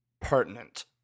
pertinent